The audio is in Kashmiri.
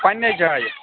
پنٕنے جایہِ